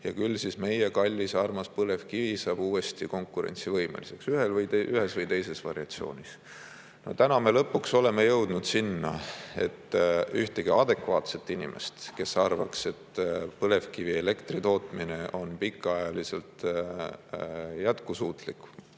hetkel meie kallis-armas põlevkivi saab uuesti konkurentsivõimeliseks, ühes või teises variatsioonis. Täna oleme me lõpuks jõudnud sinna, et ühtegi adekvaatset inimest, kes arvaks, et põlevkivielektri tootmine on pikaajaliselt jätkusuutlik